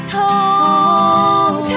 home